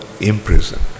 imprisoned